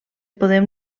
podem